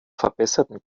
verbesserten